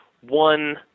one